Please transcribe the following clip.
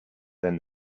then